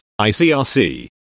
ICRC